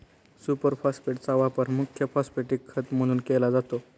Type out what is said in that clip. super फॉस्फेटचा वापर मुख्य फॉस्फॅटिक खत म्हणून केला जातो